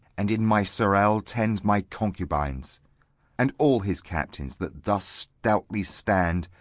and in my sarell tend my concubines and all his captains, that thus stoutly stand,